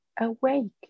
awake